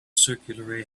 circular